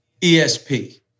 ESP